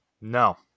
No